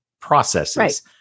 processes